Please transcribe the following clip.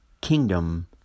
kingdom